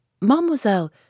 Mademoiselle